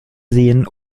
seen